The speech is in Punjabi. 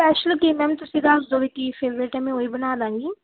ਸਪੈਸ਼ਲ ਕੀ ਮੈਮ ਤੁਸੀਂ ਦੱਸ ਦਿਓ ਵੀ ਕੀ ਫੇਵਰੇਟ ਹੈ ਮੈਂ ਉਹ ਹੀ ਬਣਾ ਲਵਾਂਗੀ